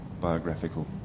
biographical